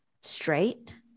straight